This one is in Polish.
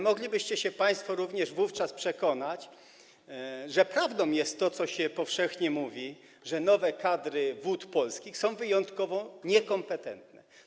Moglibyście się państwo również wówczas przekonać, że prawdą jest to, co się powszechnie mówi, że nowe kadry Wód Polskich są wyjątkowo niekompetentne.